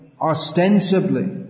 ostensibly